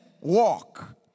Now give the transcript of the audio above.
walk